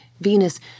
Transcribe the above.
Venus